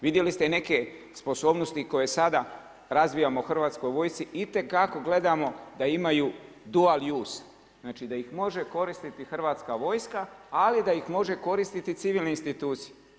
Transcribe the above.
Vidjeli ste i neke sposobnosti koje sada razvijamo sada u Hrvatskoj vojsci itekako gledamo da imaju dual … znači da ih može koristiti Hrvatska vojska, ali da ih može koristiti civilne institucije.